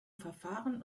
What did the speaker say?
verfahren